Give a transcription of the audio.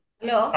Hello